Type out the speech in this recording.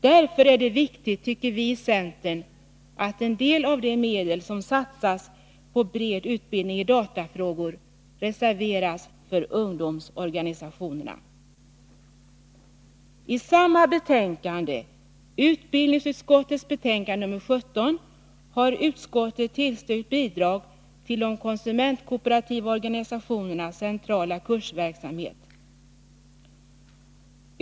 Därför tycker vi i centern att det är viktigt att en del av de medel som satsas på bred utbildning i datafrågor reserveras för ungdomsorganisationerna. utskottet tillstyrkt bidrag till de konsumentkooperativa organisationernas centrala kursverksamhet.